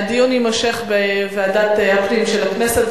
הדיון יימשך בוועדת הפנים של הכנסת.